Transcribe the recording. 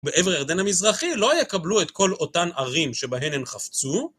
בעבר הירדן המזרחי לא יקבלו את כל אותן ערים שבהן הן חפצו,